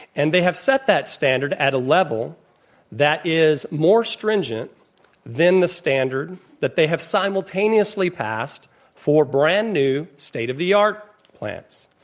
and they have set that standard at a level that is more stringent than the standard that they have simultaneously passed for brand new state of the art plants.